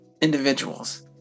individuals